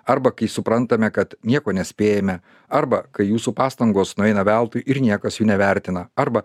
arba kai suprantame kad nieko nespėjame arba kai jūsų pastangos nueina veltui ir niekas jų nevertina arba